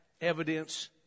evidence